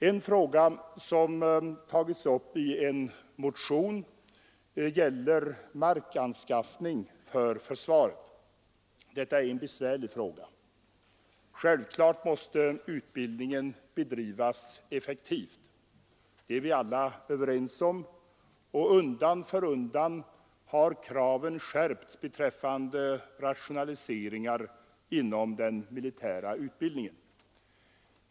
En fråga som tagits upp i en motion gäller markanskaffningen för försvaret. Detta är en besvärlig fråga. Självfallet måste utbildningen bedrivas effektivt — det är vi alla överens om. Undan för undan har kraven skärpts beträffande rationaliseringar inom den militära utbildningen.